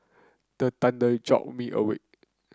the thunder jolt me awake